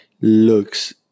looks